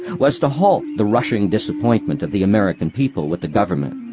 was to halt the rushing disappointment of the american people with the government,